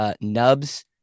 Nubs